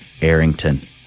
Arrington